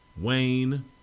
Wayne